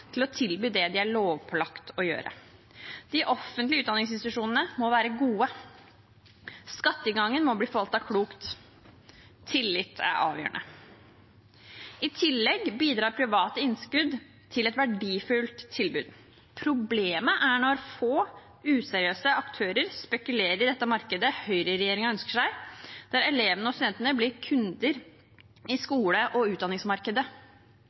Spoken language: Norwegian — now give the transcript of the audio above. til å tilby det de er lovpålagt å gjøre. De offentlige utdanningsinstitusjonene må være gode. Skatteinngangen må forvaltes klokt. Tillit er avgjørende. I tillegg bidrar private innskudd til et verdifullt tilbud. Problemet er når noen få useriøse aktører spekulerer i dette markedet som høyreregjeringen ønsker seg, der elevene og studentene blir kunder i skole- og utdanningsmarkedet.